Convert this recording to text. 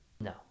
no